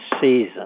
season